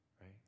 right